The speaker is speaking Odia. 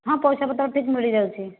ହଁ ପଇସାପତ୍ର ଠିକ୍ ମିଳିଯାଉଛି